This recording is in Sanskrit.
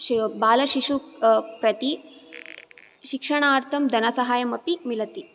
बालशिशु प्रति शिक्षणार्थं धनसहायम् अपि मिलति